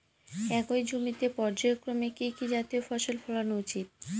একই জমিতে পর্যায়ক্রমে কি কি জাতীয় ফসল ফলানো উচিৎ?